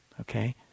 Okay